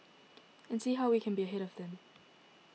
and see how we can be ahead of them